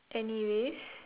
anyways